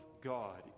God